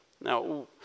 now